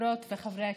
חברות וחברי הכנסת,